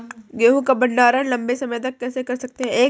गेहूँ का भण्डारण लंबे समय तक कैसे कर सकते हैं?